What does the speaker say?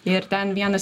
ir ten vienas